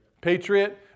Patriot